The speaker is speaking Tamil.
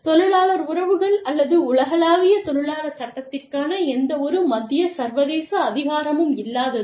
தொழிலாளர் உறவுகள் அல்லது உலகளாவிய தொழிலாளர் சட்டத்திற்கான எந்தவொரு மத்திய சர்வதேச அதிகாரமும் இல்லாதது